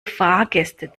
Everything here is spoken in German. fahrgäste